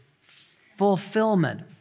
fulfillment